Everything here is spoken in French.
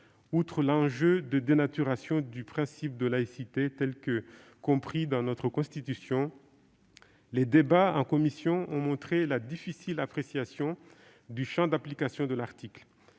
Outre l'enjeu de dénaturation du principe de laïcité tel qu'il est compris dans notre Constitution, les débats en commission ont montré la difficile appréciation du champ d'application de l'article.